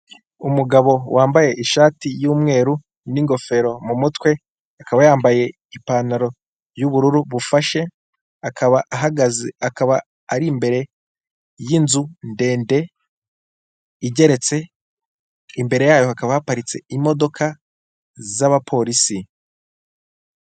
Umugabo wambaye ishati y'umweru n'ingofero mu mutwe, akaba yambaye ipantaro y'ubururu bufashe, akaba ahagaze, akaba ari imbere y'inzu ndende igeretse, imbere yayo hakaba haparitse imodoka z'abapolisi.